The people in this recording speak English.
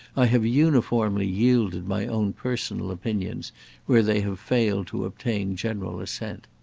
i have uniformly yielded my own personal opinions where they have failed to obtain general assent.